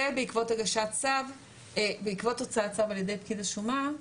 בעקבות הוצאת צו על ידי פקיד השומה,